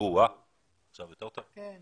יש כאן